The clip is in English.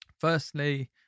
Firstly